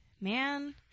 Man